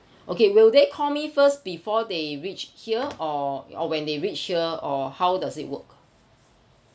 okay will they call me first before they reach here or or when they reach here or how does it work